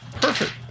Perfect